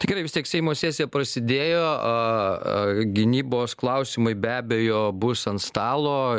tai gerai vis tiek seimo sesija prasidėjo a a gynybos klausimai be abejo bus ant stalo